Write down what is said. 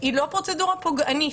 היא לא פרוצדורה פוגענית,